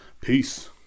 peace